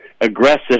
aggressive